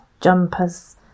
jumpers